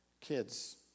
kids